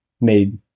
made